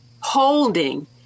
holding